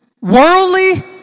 worldly